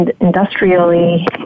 industrially